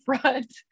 front